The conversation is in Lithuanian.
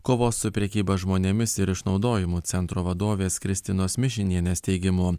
kovos su prekyba žmonėmis ir išnaudojimu centro vadovės kristinos mišinienės teigimu